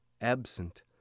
absent